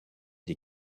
des